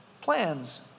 plans